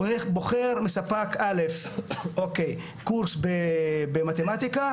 הוא בוחר בספק א' קורס במתמטיקה.